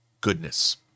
goodness